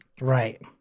Right